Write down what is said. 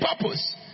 purpose